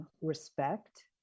respect